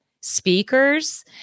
speakers